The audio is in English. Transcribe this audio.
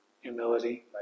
Humility